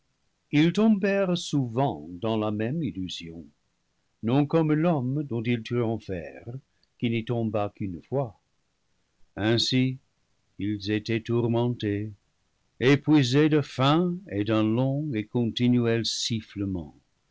ils tombèrent souvent dans la même illusion non comme l'homme dont ils triomphèrent qui n'y tomba qu'une fois ainsi ils étaient tourmentés épuisés de faim et d'un long et continuel sifflement